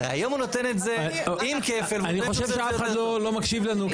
הרי היום הוא נותן את זה עם כפל --- אני חושב שאף אחד לא מקשיב לנו,